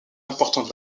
importants